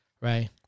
right